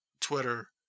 Twitter